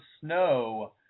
snow